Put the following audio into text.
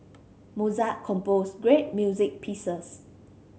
Mozart composed great music pieces